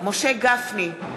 משה גפני,